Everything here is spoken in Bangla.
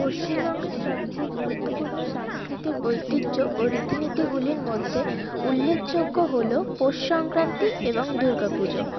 পশ্চিমবঙ্গের সবচেয়ে গুরুত্বপূর্ণ সাংস্কৃতিক ঐতিহ্য ও রীতিনীতিগুলির মধ্যে উল্লেখযোগ্য হল পৌষ সংক্রান্তি এবং দুর্গাপুজো